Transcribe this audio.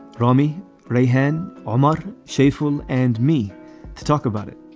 rami ray han aamodt, shameful and me to talk about it.